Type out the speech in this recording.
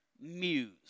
muse